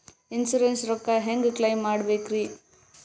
Insurance ರೊಕ್ಕ ಹೆಂಗ claim ಮಾಡ್ಬೇಕ್ರಿ?